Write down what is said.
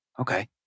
Okay